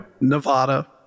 Nevada